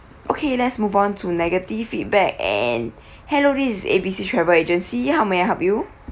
okay let's move on to negative feedback and hello this is A B C travel agency how may I help you